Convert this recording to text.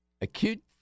acute